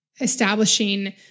establishing